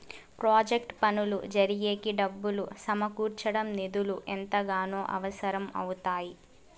project పనులు జరిగేకి డబ్బులు సమకూర్చడం నిధులు ఎంతగానో అవసరం అవుతాయి